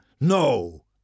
No